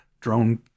drone